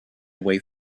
way